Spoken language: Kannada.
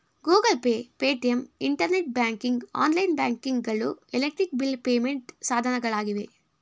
Google pay, Paytm, internet banking, online banking ಗಳು ಎಲೆಕ್ಟ್ರಿಕ್ ಬಿಲ್ ಪೇಮೆಂಟ್ ಸಾಧನಗಳಾಗಿವೆ